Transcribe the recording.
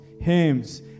hymns